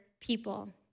people